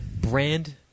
Brand